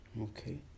okay